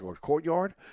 courtyard